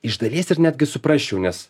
iš dalies ir netgi suprasčiau nes